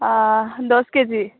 অঁ দচ কেজি